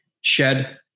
shed